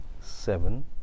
seven